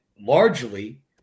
largely